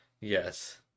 Yes